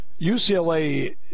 UCLA